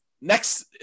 next